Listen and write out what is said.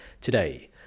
today